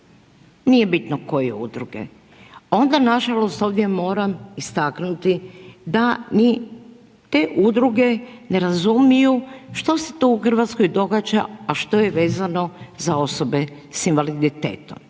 nije bitno koje udruge onda nažalost ovdje moram istaknuti da ni te udruge ne razumiju što se to u Hrvatskoj događa a što je vezano za osobe sa invaliditetom.